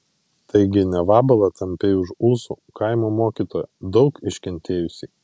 taigi ne vabalą tampei už ūsų kaimo mokytoją daug iškentėjusį